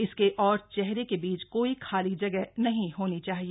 इसके और चेहरे के बीच कोई खाली जगह नहीं होना चाहिए